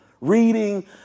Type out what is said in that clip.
reading